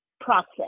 process